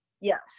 Yes